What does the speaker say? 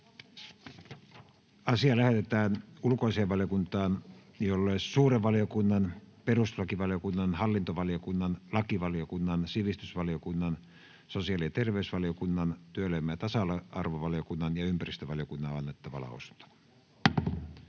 asia lähetetään ulkoasiainvaliokuntaan, jolle suuren valiokunnan, perustuslakivaliokunnan, hallintovaliokunnan, lakivaliokunnan, sivistysvaliokunnan, sosiaali- ja terveysvaliokunnan, työelämä- ja tasa-arvovaliokunnan ja ympäristövaliokunnan on annettava lausunto.